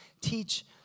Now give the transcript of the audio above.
teach